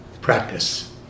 practice